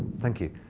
thank you.